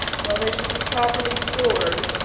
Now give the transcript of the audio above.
well, they should be properly stored.